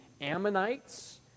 Ammonites